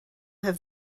have